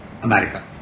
America